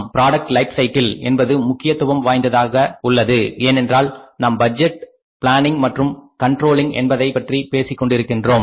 product life cycle என்பதும் முக்கியத்துவம் வாய்ந்தது ஆகும் ஏனென்றால் நாம் பட்ஜெட் பிளானிங் மற்றும் கண்ட்ரோலிங் என்பதைப் பற்றி பேசிக் கொண்டிருக்கின்றோம்